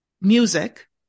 music